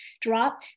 drop